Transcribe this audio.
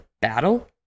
battle